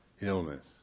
illness